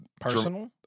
personal